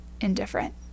Indifferent